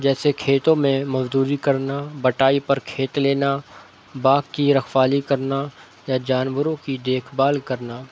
جیسے کھیتوں میں مزدوری کرنا بٹائی پر کھیت لینا باغ کی رکھوالی کرنا یا جانوروں کی دیکھ بھال کرنا